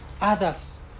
others